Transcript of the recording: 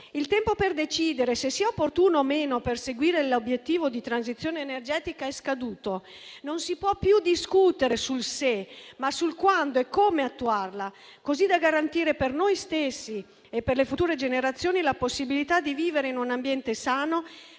Il tempo per decidere se sia opportuno o no perseguire l'obiettivo di transizione energetica è scaduto. Non si può più discutere sul se, ma sul quando e come attuarla, così da garantire per noi stessi e per le future generazioni la possibilità di vivere in un ambiente sano,